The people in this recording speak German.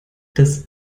das